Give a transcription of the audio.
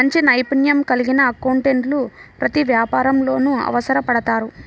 మంచి నైపుణ్యం కలిగిన అకౌంటెంట్లు ప్రతి వ్యాపారంలోనూ అవసరపడతారు